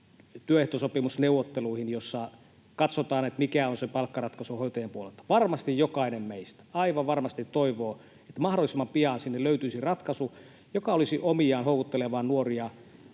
työehtosopimusneuvotteluihin, joissa katsotaan, mikä on se palkkaratkaisu hoitajien puolelta. [Sari Sarkomaa: Eihän sitä kukaan esittänytkään!] Varmasti jokainen meistä, aivan varmasti, toivoo, että mahdollisimman pian sinne löytyisi ratkaisu, joka olisi omiaan houkuttelemaan nuoria